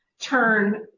turn